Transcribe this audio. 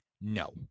no